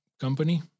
company